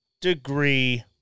degree